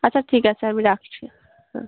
আচ্ছা ঠিক আছে আমি রাখছি হুম